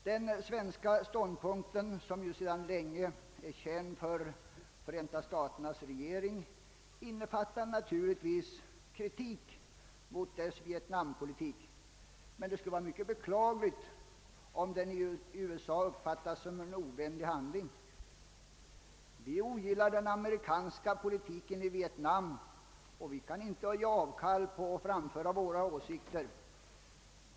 Den svenska ståndpunkten, som ju sedan länge är känd för Förenta staternas regering, innefattar naturligtvis kritik mot dess vietnampolitik, men det skulle vara mycket beklagligt om den i USA uppfattades som en ovänlig hand ling. Vi ogillar den amerikanska politiken i Vietnam, och vi kan inte göra avkall på rätten att framföra våra åsikter.